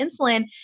insulin